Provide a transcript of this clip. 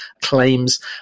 claims